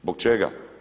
Zbog čega?